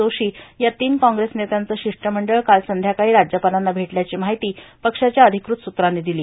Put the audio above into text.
जोशी या तीन काँप्रेस नेत्यांचं शिष्टमंडळ काल संध्याकाळी राज्यपालांना भेटल्याची माहिती पक्षाच्या अषिक्रत सुत्रांनी दिली